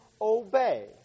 obey